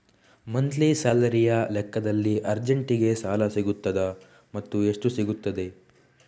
Monthly ಸ್ಯಾಲರಿಯ ಲೆಕ್ಕದಲ್ಲಿ ಅರ್ಜೆಂಟಿಗೆ ಸಾಲ ಸಿಗುತ್ತದಾ ಮತ್ತುಎಷ್ಟು ಸಿಗುತ್ತದೆ?